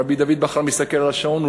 רבי דוד בכר מסתכל על השעון,